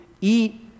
eat